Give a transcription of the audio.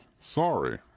sorry